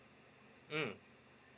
mm